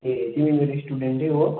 ए तिमी मेरो स्टुडेन्ट हो